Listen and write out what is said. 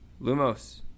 Lumos